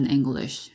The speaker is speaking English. English